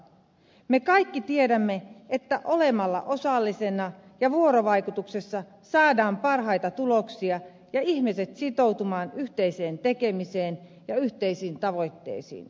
me kaikki tiedämme että olemalla osallisena ja vuorovaikutuksessa saadaan parhaita tuloksia ja ihmiset sitoutumaan yhteiseen tekemiseen ja yhteisiin tavoitteisiin